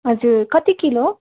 हजुर कति किलो